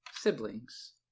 Siblings